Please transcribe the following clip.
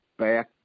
Back